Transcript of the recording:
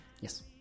yes